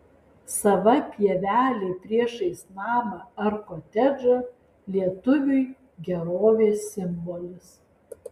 sava pievelė priešais namą ar kotedžą lietuviui gerovės simbolis